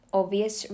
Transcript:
obvious